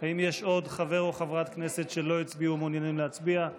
האם יש עוד חבר או חברת כנסת שלא הצביעו ומעוניינים להצביע?